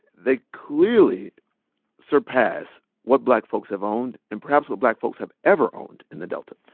they clearly surpass what black folks have owned and perhaps what black folks have ever owned in the delta.